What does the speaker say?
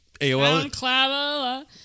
aol